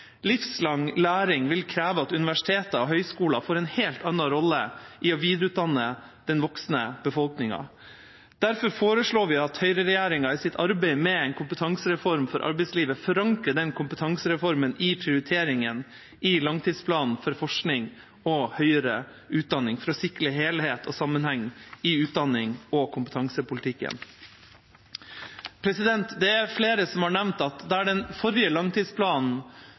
Livslang læring vil kreve at universiteter og høyskoler får en helt annen rolle i å videreutdanne den voksende befolkningen. Derfor foreslår vi at høyreregjeringa i sitt arbeid med en kompetansereform for arbeidslivet forankrer den kompetansereformen i prioriteringen i langtidsplanen for forskning og høyere utdanning for å sikre helhet og sammenheng i utdannings- og kompetansepolitikken. Det er flere som har nevnt at der den forrige langtidsplanen